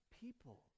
people